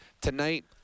tonight